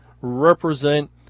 represent